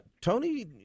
Tony